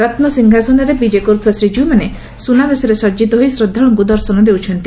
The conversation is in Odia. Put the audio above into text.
ରତ୍ ସିଂହାସନରେ ବିଜେ କରୁଥିବା ଶ୍ରୀଜୀଉମାନେ ସୁନାବେଶରେ ସଜିତ ହୋଇ ଶ୍ରଦ୍ବାଳୁଙ୍କୁ ଦର୍ଶନ ଦେଉଛନ୍ତି